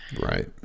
right